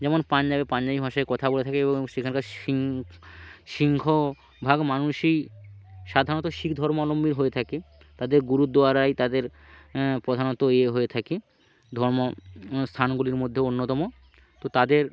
যেমন পাঞ্জাবে পাঞ্জাবি ভাষায় কথা বলে থাকে এবং সেখানেকার সিং সিংঘভাগ মানুষই সাধারণত শিখ ধর্মাবলম্বী হয়ে থাকে তাদের গুরুদোয়ারায় তাদের প্রধানত এয়ে হয়ে থাকে ধর্ম স্থানগুলির মধ্যে অন্যতম তো তাদের